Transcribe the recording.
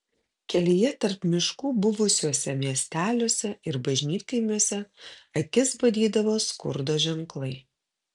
kelyje tarp miškų buvusiuose miesteliuose ir bažnytkaimiuose akis badydavo skurdo ženklai